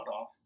off